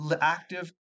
active